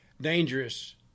dangerous